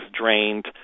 drained